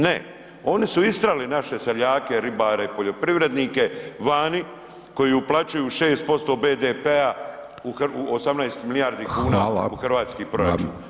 Ne, oni su istrali naše seljake, ribare, poljoprivrednike vani koji uplaćuju 6% BDP-a 18 milijardi kuna u hrvatski proračun.